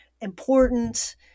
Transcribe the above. important